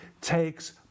takes